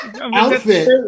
Outfit